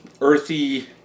Earthy